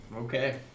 Okay